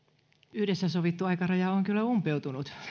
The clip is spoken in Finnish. yhdessä sovittu aikaraja on kyllä umpeutunut